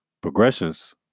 progressions